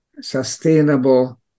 sustainable